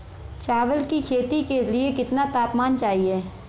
चावल की खेती के लिए कितना तापमान चाहिए?